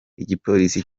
igipolisi